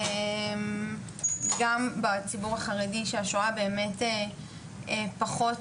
גם בציבור החרדי שהשואה באמת פחות,